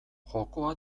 jokoa